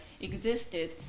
existed